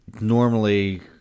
normally